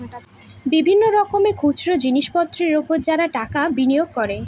বিভিন্ন রকমের খুচরো জিনিসপত্রের উপর যারা টাকা বিনিয়োগ করে